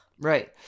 Right